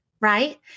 right